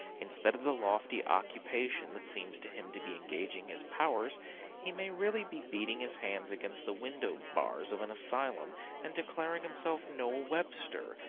instead of the lofty occupation that seems to him to be engaging his powers he may really be beating his hands against the window bars of an asylum and declaring himself noah webster,